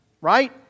Right